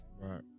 Right